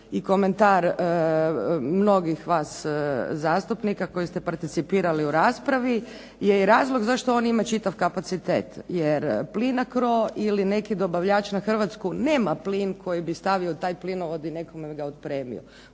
komentar mnogih vas zastupnika koji ste participirali u raspravi je i razlog zašto on ima čitav kapacitet jer "Plinacro" ili neki dobavljač na Hrvatsku nema plin koji bi stavio u taj plinovod i nekome ga otpremio.